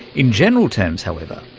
in general terms, however,